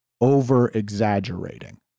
over-exaggerating